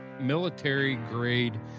military-grade